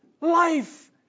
life